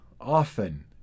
often